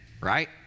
right